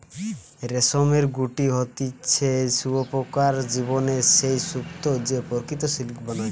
রেশমের গুটি হতিছে শুঁয়োপোকার জীবনের সেই স্তুপ যে প্রকৃত সিল্ক বানায়